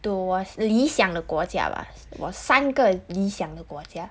to 我理想的国家吧我三个理想的国家